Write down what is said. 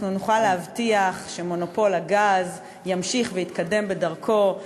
אנחנו נוכל להבטיח שמונופול הגז ימשיך ויתקדם בדרכו,